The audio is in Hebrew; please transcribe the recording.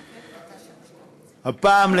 הפעם,